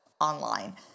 online